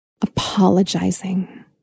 Apologizing